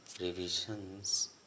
revisions